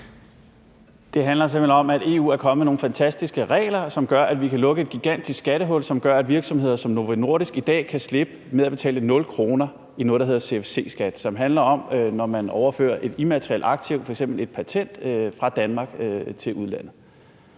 Det handler simpelt hen om, at EU er kommet med nogle fantastiske regler, som gør, at vi kan lukke et gigantisk skattehul, som gør, at virksomheder som Novo Nordisk i dag kan slippe med at betale 0 kr. i noget, der hedder CFC-skat, som handler om det at overføre et immaterielt aktiv, f.eks. et patent, fra Danmark til udlandet.